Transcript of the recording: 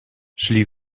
szli